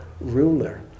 ruler